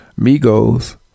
Migos